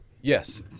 Yes